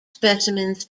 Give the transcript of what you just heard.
specimens